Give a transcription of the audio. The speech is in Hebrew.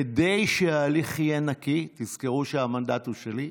כדי שההליך יהיה נקי, תזכרו שהמנדט הוא שלי,